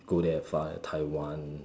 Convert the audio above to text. go there far at Taiwan